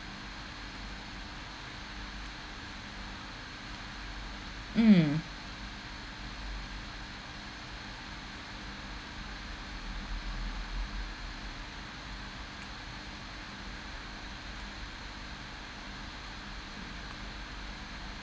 mm